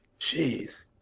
Jeez